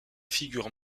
figure